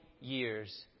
years